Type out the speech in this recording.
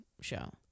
show